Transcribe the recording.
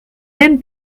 même